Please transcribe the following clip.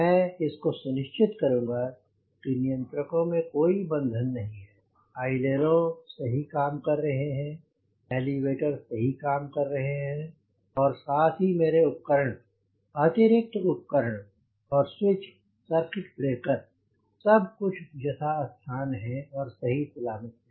मैं इसको सुनिश्चित करूँगा कि नियंत्रकों में कोई बंधन नहीं है अइलेरों सही काम कर रहे हैं एलीवेटर सही काम कर रहे हैं और साथ ही मेरे उपकरण अतिरिक्त उपकरण और स्विच सर्किट ब्रेकर सब कुछ यथास्थान हैं और सही सलामत हैं